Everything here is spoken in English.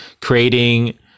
creating